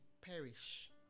perish